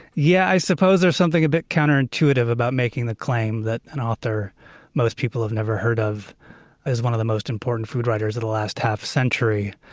yeah i suppose there's something a bit counterintuitive about making the claim that an author most people have never heard of is one of the most important food writers of the last half-century.